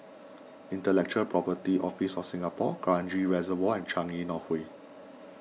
Intellectual Property Office of Singapore Kranji Reservoir and Changi North Way